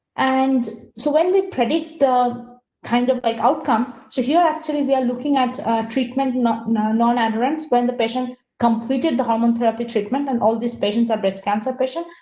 and so, when we predict the kind of like outcome, so, here, actually, we are looking at treatment, not non endurance. when the patient completed the hormone therapy treatment and all these patients are breast cancer patient.